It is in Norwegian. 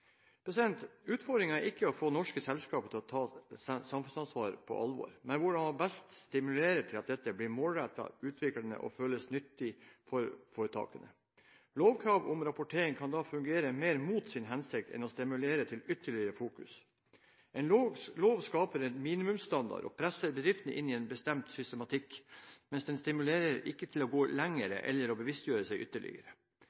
er ikke å få norske selskaper til å ta samfunnsansvar på alvor, men hvordan man best stimulerer til at dette blir målrettet, utviklende og føles nyttig for foretakene. Lovkrav om rapportering kan da fungere mer mot sin hensikt enn å stimulere til ytterligere fokus. En lov skaper en minimumsstandard og presser bedriftene inn i en bestemt systematikk, men den stimulerer ikke til å gå